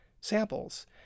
samples